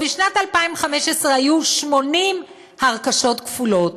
בשנת 2015 היו 80 הרכשות כפולות.